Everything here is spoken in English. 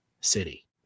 city